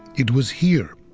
it was here,